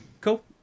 Cool